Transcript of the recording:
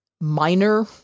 minor